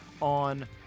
on